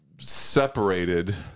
separated